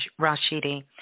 Rashidi